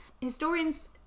historians